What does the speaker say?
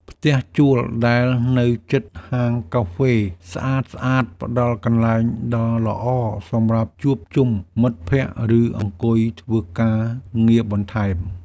ផ្ទះជួលដែលនៅជិតហាងកាហ្វេស្អាតៗផ្តល់កន្លែងដ៏ល្អសម្រាប់ជួបជុំមិត្តភក្តិឬអង្គុយធ្វើការងារបន្ថែម។